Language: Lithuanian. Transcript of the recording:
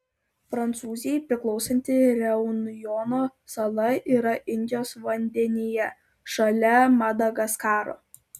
prancūzijai priklausanti reunjono sala yra indijos vandenyje šalia madagaskaro